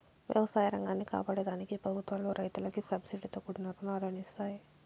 వ్యవసాయ రంగాన్ని కాపాడే దానికి ప్రభుత్వాలు రైతులకు సబ్సీడితో కూడిన రుణాలను ఇస్తాయి